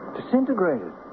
disintegrated